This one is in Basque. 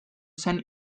zen